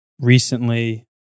Recently